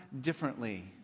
differently